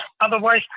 otherwise